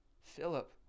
Philip